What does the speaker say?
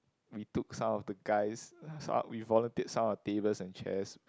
we took some of the guys so we volunteered some of our tables and chairs